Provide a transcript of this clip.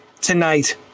tonight